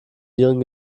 nieren